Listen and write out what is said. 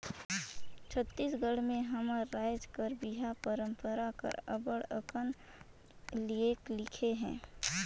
छत्तीसगढ़ी में हमर राएज कर बिहा परंपरा कर उपर अब्बड़ अकन लेख लिखे हे